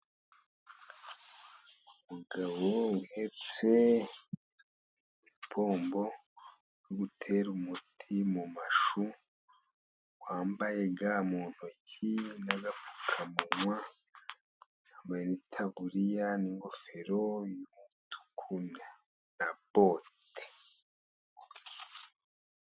Umugabo uhetse ipombo uri gutera umuti mu mashu, wambaye ga mu ntoki n'agapfukamunwa, yambaye n'itaburiya n'ingofero y'umutuku na bote.